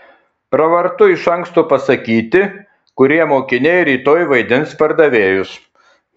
pravartu iš anksto pasakyti kurie mokiniai rytoj vaidins pardavėjus